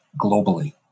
globally